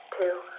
Two